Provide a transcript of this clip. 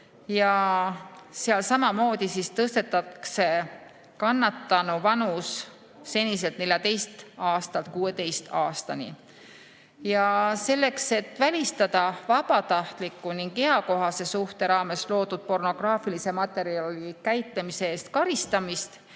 Seal samamoodi tõstetakse kannatanu vanus seniselt 14 eluaastalt 16 eluaastale. Selleks, et välistada vabatahtliku ning eakohase suhte raames loodud pornograafilise materjali käitlemise eest karistamist,